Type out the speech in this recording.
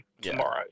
tomorrow